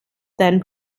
then